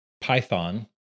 Python